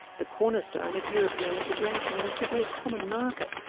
the cornerstone of european integration was to be a common market,